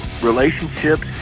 relationships